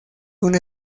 una